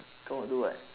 come out do what